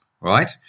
right